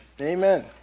Amen